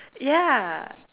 ya